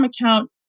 account